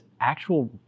actual